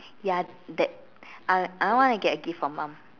ya that I I wanna get a gift for mum